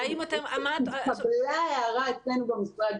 והאם עמדתם על --- התקבלה הערה כזאת אצלנו במשרד,